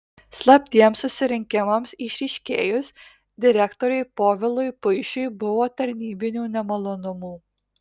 slaptiems susirinkimams išryškėjus direktoriui povilui puišiui buvo tarnybinių nemalonumų